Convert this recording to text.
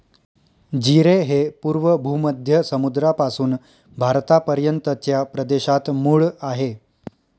जीरे हे पूर्व भूमध्य समुद्रापासून भारतापर्यंतच्या प्रदेशात मूळ आहे